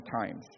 times